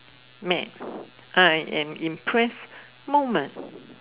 mad I am impressed moment